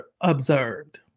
observed